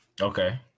Okay